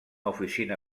oficina